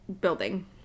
building